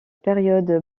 période